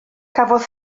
cafodd